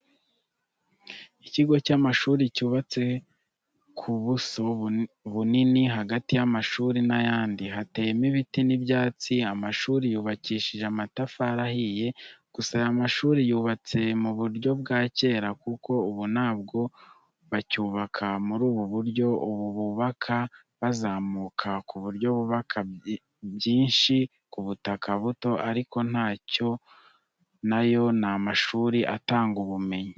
Ikigo cy'amashuri cyubatse ku buso bunini hagati y'amashuri n'ayandi, hateyemo ibiti n'ibyatsi, amashuri yubakishijwe amatafari ahiye, gusa aya mashuri yubatse mu buryo bwa cyera, kuko ubu ntabwo bacyubaka muri ubu buryo. Ubu bubaka bazamuka ku buryo bubaka byinshi ku butaka buto ariko ntacyo na yo ni amashuri atanga ubumenyi.